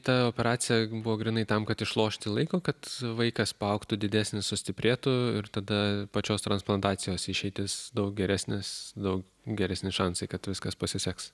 ta operacija buvo grynai tam kad išlošti laiko kad vaikas paaugtų didesnis sustiprėtų ir tada pačios transplantacijos išeitis daug geresnis daug geresni šansai kad viskas pasiseks